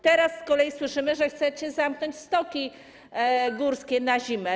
Teraz z kolei słyszymy, że chcecie zamknąć stoki górskie na zimę.